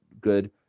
good